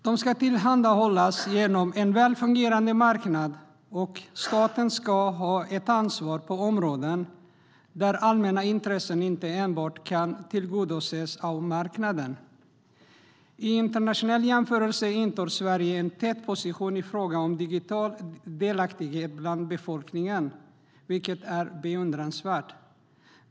De ska tillhandahållas genom en väl fungerande marknad, och staten ska ha ett ansvar på områden där allmänna intressen inte enbart kan tillgodoses av marknaden. I internationell jämförelse intar Sverige en tätposition i fråga om digital delaktighet bland befolkningen, vilket är beundransvärt.